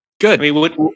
Good